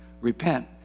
Repent